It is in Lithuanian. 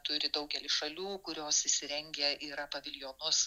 turi daugelis šalių kurios įsirengę yra paviljonus